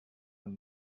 and